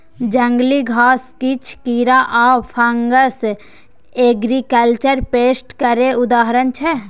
जंगली घास, किछ कीरा आ फंगस एग्रीकल्चर पेस्ट केर उदाहरण छै